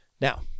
Now